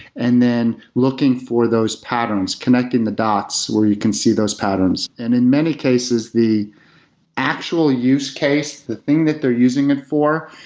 and then looking for those patterns, connecting the dots where you can see those patterns. and in many cases, the actual use case, the thing that they're using it for,